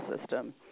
system